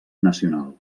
nacional